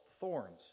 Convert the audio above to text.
thorns